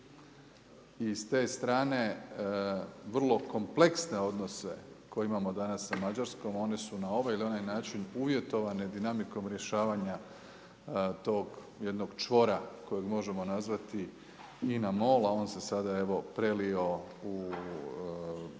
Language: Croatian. S druge strane vrlo kompleksne odnose koje imamo danas sa Mađarskom one su na ovaj ili onaj način uvjetovane dinamikom rješavanja tog jednog čvora kojeg možemo nazvati INA MOL, a on se sada, evo prelio